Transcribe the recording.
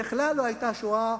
בכלל לא היתה שואה.